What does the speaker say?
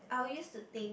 use to think